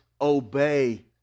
obey